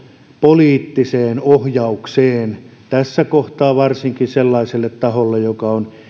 poliittiseen ohjaukseen tässä kohtaa varsinkin sellaiselle taholle joka on